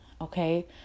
Okay